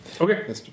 Okay